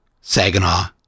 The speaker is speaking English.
Saginaw